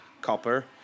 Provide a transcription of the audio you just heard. copper